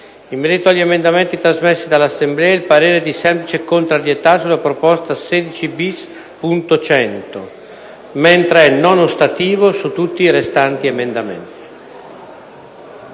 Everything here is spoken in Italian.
In merito agli emendamenti trasmessi dall'Assemblea, il parere è di semplice contrarietà sulla proposta 16-*bis*.100, mentre è non ostativo su tutti i restanti emendamenti».